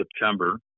September